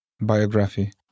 biography